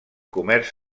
comerç